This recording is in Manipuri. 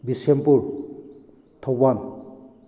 ꯕꯤꯁꯦꯝꯄꯨꯔ ꯊꯧꯕꯥꯜ